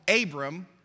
Abram